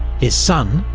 his son,